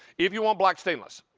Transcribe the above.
if you want black stainless,